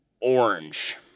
orange